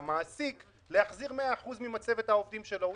המענק של ההוצאות הקבועות על מרץ-אפריל?